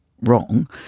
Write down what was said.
wrong